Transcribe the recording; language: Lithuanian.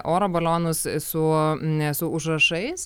oro balionus su ne su užrašais